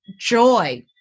joy